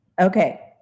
Okay